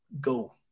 go